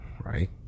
right